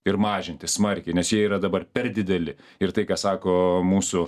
ir mažinti smarkiai nes jie yra dabar per dideli ir tai ką sako mūsų